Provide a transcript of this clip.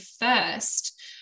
first